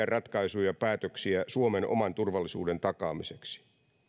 ratkaisuja ja päätöksiä suomen oman turvallisuuden takaamiseksi